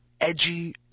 edgy